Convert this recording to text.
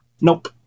Nope